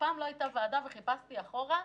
חיפשתי אחורה,